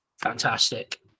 fantastic